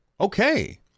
okay